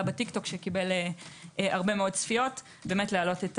בטיק טוק שקיבל הרבה מאוד צפיות להעלות את